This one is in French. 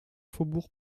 faubourg